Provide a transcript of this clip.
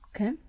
Okay